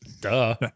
Duh